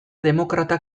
demokrata